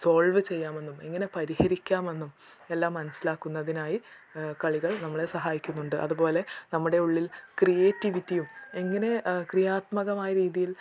solve ചെയ്യാമെന്നും എങ്ങനെ പരിഹരിക്കാമെന്നും എല്ലാം മനസ്സിലാക്കുന്നതിനായി കളികൾ നമ്മളെ സഹായിക്കുന്നുണ്ട് അതുപോലെ നമ്മുടെ ഉള്ളിൽ ക്രിയേറ്റിവിറ്റിയും എങ്ങനെ ക്രിയാത്മകമായ രീതിയിൽ